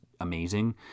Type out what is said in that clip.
amazing